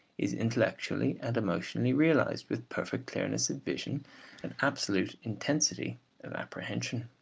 is intellectually and emotionally realised with perfect clearness of vision and absolute intensity of apprehension.